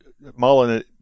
mullen